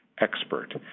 expert